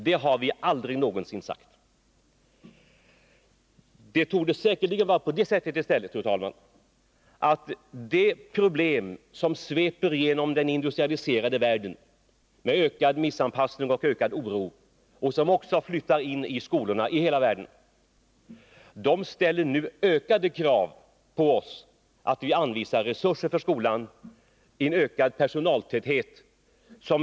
De problem med ökad missanpassning och ökad oro som sveper genom den industrialiserade världen och som också flyttar in i skolorna torde i stället ställa ökade krav på att vi anvisar resurser för skolan. Vi måste få en ökad personaltäthet.